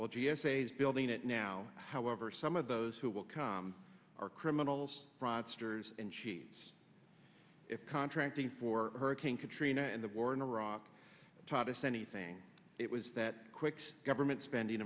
well g s a is building it now however some of those who will come are criminals fraudsters and cheats if contracting for hurricane katrina and the war in iraq taught us anything it was that quick government spending